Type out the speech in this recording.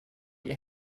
ihr